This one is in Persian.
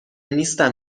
نیستم